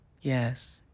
Yes